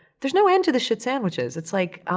there's no end to the shit sandwiches. it's like, um,